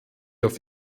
auf